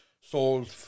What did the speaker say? Sold